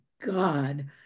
God